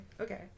okay